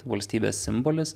valstybės simbolis